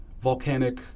volcanic